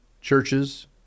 churches